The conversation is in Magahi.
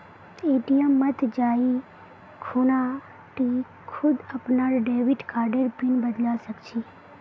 ए.टी.एम मत जाइ खूना टी खुद अपनार डेबिट कार्डर पिन बदलवा सख छि